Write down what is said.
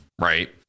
right